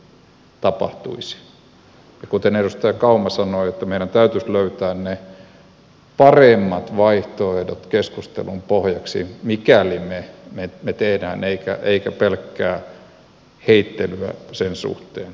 ja kuten edustaja kauma sanoi meidän täytyisi löytää ne paremmat vaihtoehdot keskustelun pohjaksi mikäli me niin teemme eikä pelkkää heittelyä sen suhteen